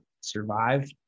survive